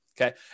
okay